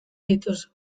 dituzu